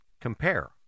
compare